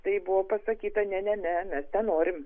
tai buvo pasakyta ne ne ne mes nenorim